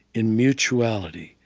in mutuality,